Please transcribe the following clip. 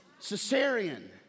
cesarean